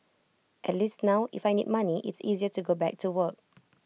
at least now if I need money it's easier to go back to work